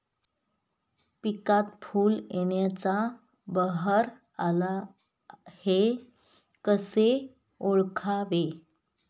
पिकात फूल येण्याचा बहर आला हे कसे ओळखावे?